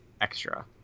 extra